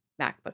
MacBook